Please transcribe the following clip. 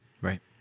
right